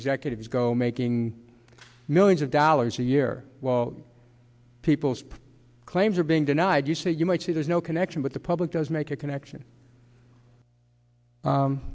executives go making millions of dollars a year people's claims are being denied you say you might say there's no connection but the public does make a connection